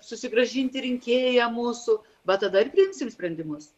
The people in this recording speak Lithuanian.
susigrąžinti rinkėją mūsų va tada ir priimsim sprendimus